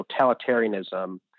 totalitarianism